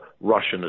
Russian